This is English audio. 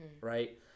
Right